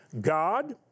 God